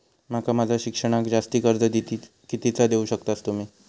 माका माझा शिक्षणाक जास्ती कर्ज कितीचा देऊ शकतास तुम्ही?